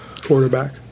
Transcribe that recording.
Quarterback